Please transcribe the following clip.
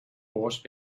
voice